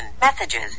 messages